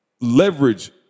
leverage